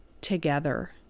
together